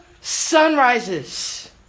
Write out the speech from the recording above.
sunrises